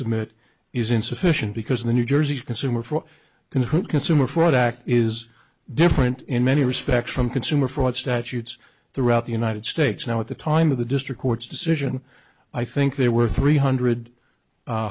submit is insufficient because the new jersey consumer for can consumer fraud act is different in many respects from consumer fraud statutes throughout the united states now at the time of the district court's decision i think there were three hundred